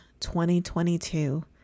2022